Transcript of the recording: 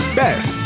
best